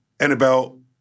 Annabelle